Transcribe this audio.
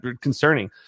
concerning